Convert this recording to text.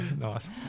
Nice